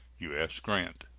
u s. grant.